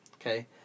Okay